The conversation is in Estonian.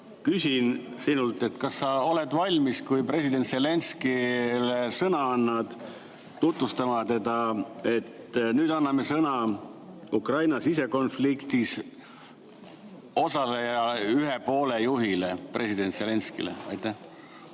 küsin sinult, kas sa oled valmis, kui president Zelenskõile sõna annad, tutvustama teda, et nüüd anname sõna Ukraina sisekonfliktis osaleja ühe poole juhile president Zelenskõile? Aitäh!